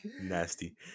Nasty